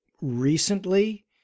recently